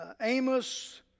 Amos